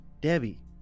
Debbie